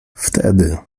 wtedy